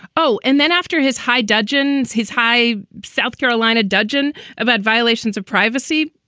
oh, and then after his high dudgeon, his high southcarolina dudgeon about violations of privacy.